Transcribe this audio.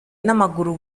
n’amaguru